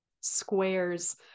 squares